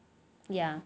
ya